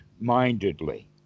Mindedly